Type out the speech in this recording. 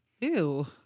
Ew